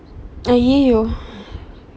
!aiyoyo!